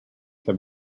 have